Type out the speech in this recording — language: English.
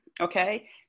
okay